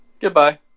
Goodbye